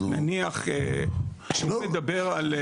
נניח, מרכולים